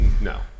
No